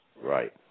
Right